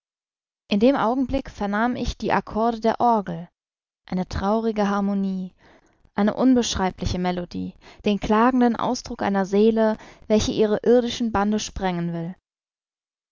in dem augenblick vernahm ich die accorde der orgel eine traurige harmonie eine unbeschreibliche melodie den klagenden ausdruck einer seele welche ihre irdischen bande sprengen will